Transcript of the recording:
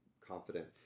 confident